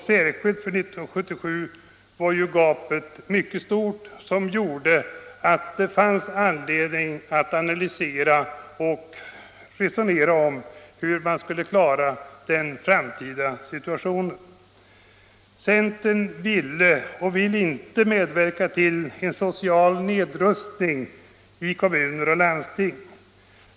Särskilt för 1977 är gapet stort, vilket gör att det finns anledning att analysera och resonera om hur man skall klara den framtida situationen. Centern ville inte och vill inte medverka till en social nedrustning i kommuner och landsting.